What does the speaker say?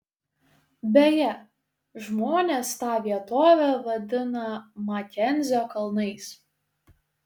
beje žmonės tą vietovę vadina makenzio kalnais